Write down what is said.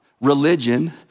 religion